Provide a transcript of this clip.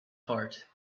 heart